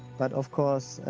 but of course,